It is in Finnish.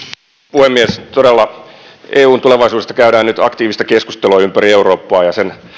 puhemies todella eun tulevaisuudesta käydään nyt aktiivista keskustelua ympäri eurooppaa ja sen